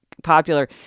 popular